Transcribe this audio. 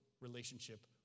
relationship